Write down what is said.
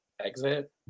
exit